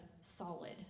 solid